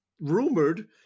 rumored